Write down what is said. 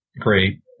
great